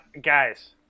Guys